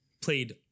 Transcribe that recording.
played